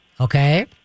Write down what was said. Okay